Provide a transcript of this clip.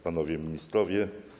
Panowie Ministrowie!